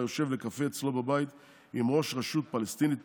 יושב לקפה אצלו בבית עם ראש רשות פלסטינית